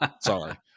Sorry